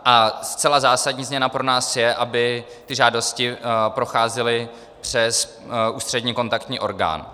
A zcela zásadní změna pro nás je, aby žádosti procházely přes ústřední kontaktní orgán.